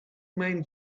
main